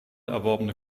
erworbene